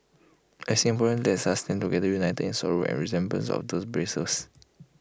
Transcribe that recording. as Singaporeans let us stand together united in sorrow in remembrance of these brave souls